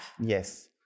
yes